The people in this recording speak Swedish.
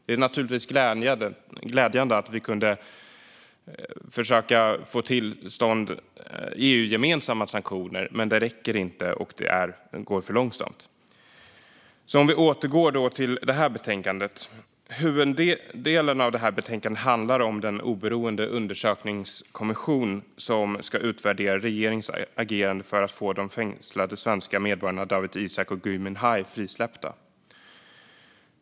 Det är naturligtvis glädjande om vi kan försöka få till stånd EU-gemensamma sanktioner, men det räcker inte och det går för långsamt. Låt oss återgå till det här betänkandet. Huvuddelen handlar om den oberoende undersökningskommission som ska utvärdera regeringens agerande för att få de fängslade svenska medborgarna Dawit Isaak och Gui Minhai frisläppta.